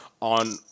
on